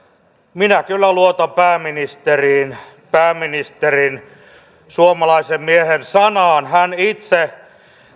minä kyllä luotan pääministeriin pääministerin suomalaisen miehen sanaan hän itse